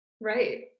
Right